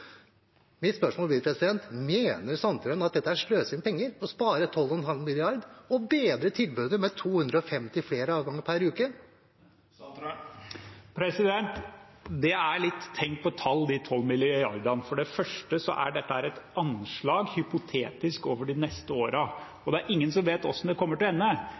Mitt spørsmål blir: Mener Sandtrøen at det er sløsing med penger å spare 12,5 mrd. kr og bedre tilbudet med 250 flere avganger per uke? Det er litt «tenk på et tall», de tolv milliardene. Dette er et hypotetisk anslag over de neste årene. Det er ingen som vet hvordan det kommer til å ende.